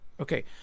Okay